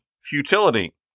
Futility